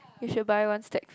you should buy one stack